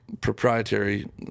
proprietary